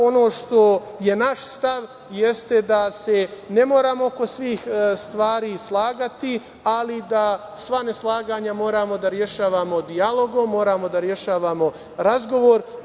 Ono što je naš stav jeste da se ne moramo oko svih stvari slagati, ali da sva neslaganja moramo da rešavamo dijalogom, moramo da rešavamo razgovorima.